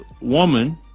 woman